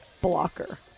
blocker